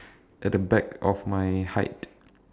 at the back of my height